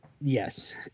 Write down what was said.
Yes